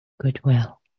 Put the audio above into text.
goodwill